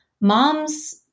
mom's